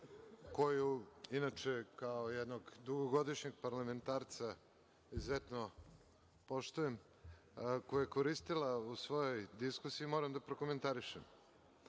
koju inače kao jednog dugogodišnjeg parlamentarca izuzetno poštujem, koje je koristila u svojoj diskusiji, moram da prokomentarišem. Prvo,